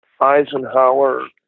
eisenhower